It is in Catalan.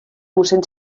mossèn